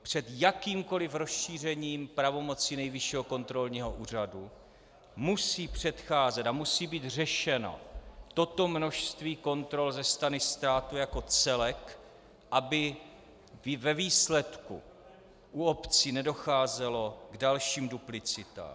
Před jakýmkoliv rozšířením pravomocí Nejvyššího kontrolního úřadu musí předcházet a musí být řešeno toto množství kontrol ze strany státu jako celek, aby i ve výsledku u obcí nedocházelo k dalším duplicitám.